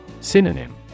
Synonym